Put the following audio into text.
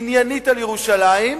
עניינית, על ירושלים,